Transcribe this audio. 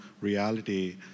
reality